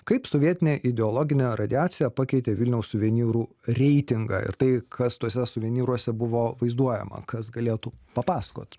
kaip sovietinė ideologinė radiacija pakeitė vilniaus suvenyrų reitingą ir tai kas tuose suvenyruose buvo vaizduojama kas galėtų papasakot